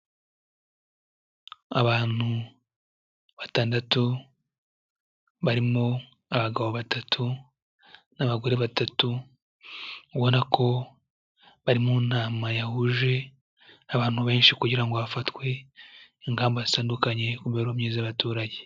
Abantu batandatu barimo abagabo batatu n'abagore batatu, ubona ko bari mu nama yahuje abantu benshi kugira ngo hafatwe ingamba zitandukanye ku mibereho myiza y'abaturage.